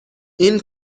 این